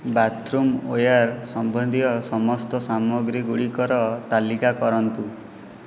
bathroom ware ସମ୍ବନ୍ଧୀୟ ସମସ୍ତ ସାମଗ୍ରୀ ଗୁଡ଼ିକର ତାଲିକା କରନ୍ତୁ